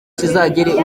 kizagere